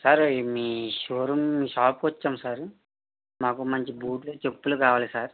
sir ఈ మీ showroom shop కి వచ్చాను సారు నాకు మంచి బూట్లు చెప్పులు కావాలి సార్